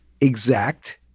exact